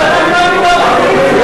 הייתם יחד עם ש"ס, אנחנו היינו באופוזיציה.